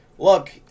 Look